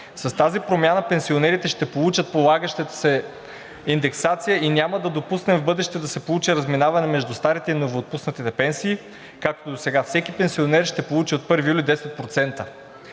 С тази промяна пенсионерите ще получат полагащата им се индексация и няма да допуснем в бъдеще да се получи разминаване между старите и новоотпуснатите пенсии, както досега – всеки пенсионер ще получи от 1 юли 10%.